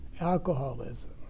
alcoholism